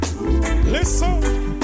Listen